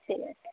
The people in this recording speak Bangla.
ঠিক আছে